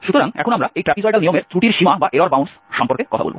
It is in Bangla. সুতরাং এখন আমরা এই ট্র্যাপিজয়েডাল নিয়মের ত্রুটির সীমা সম্পর্কে কথা বলব